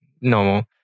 normal